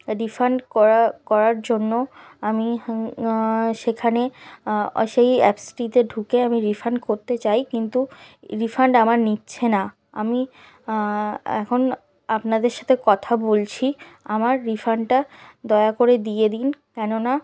refund করা করার জন্য আমি সেখানে সেই অ্যাপসটিতে ঢুকে আমি রিফান্ড করতে চাই কিন্তু রিফান্ড আমার নিচ্ছে না আমি এখন আপনাদের সাথে কথা বলছি আমার রিফান্ডটা দয়া করে দিয়ে দিন কেননা